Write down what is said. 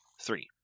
three